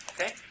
Okay